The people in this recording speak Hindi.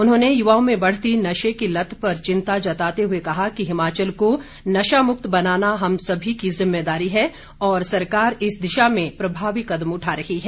उन्होंने युवाओं में बढ़ती नशे की लत पर चिंता जताते हुए कहा कि हिमाचल को नशामुक्त बनाना हम सभी की ज़िम्मेदारी है और सरकार इस दिशा में प्रभावी कदम उठा रही है